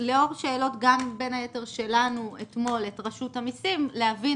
גם לאור שאלות שלנו אתמול את רשות המסים כדי להבין